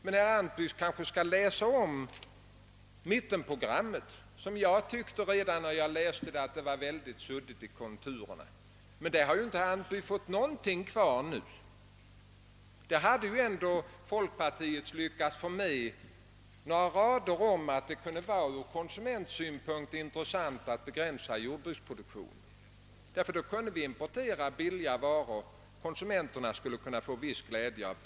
Herr Antby kanske skall läsa om mittenprogrammet, som jag redan när jag läste det tyckte var mycket suddigt i konturerna. Av detta har herr Antby inte fått någonting kvar nu. Där hade ju ändå folkpartiet lyckats få med några rader om att det kunde vara bra och ur konsumentsynpunkt intressant att begränsa jordbruksproduktionen. Vi kunde då importera billiga varor, vilket konsumenterna skulle kunna få viss glädje av.